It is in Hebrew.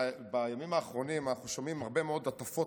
בימים האחרונים אנחנו שומעים הרבה מאוד הטפות